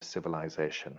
civilization